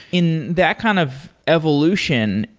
in that kind of evolution,